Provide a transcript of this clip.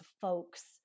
folks